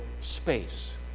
space